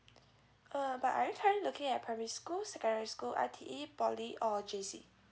ah but are you trying looking at primary school secondary school I_T_E poly or J_C